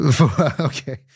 Okay